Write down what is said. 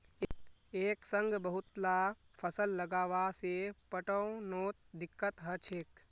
एक संग बहुतला फसल लगावा से पटवनोत दिक्कत ह छेक